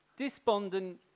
Despondent